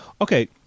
okay